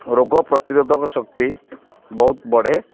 ରୋଗ ପ୍ରତିରୋଧକ ଶକ୍ତି ବହୁତ ବଢ଼େ